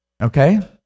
okay